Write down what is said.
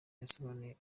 yasobanuye